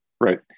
Right